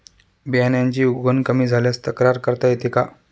बियाण्यांची उगवण कमी झाल्यास तक्रार करता येते का?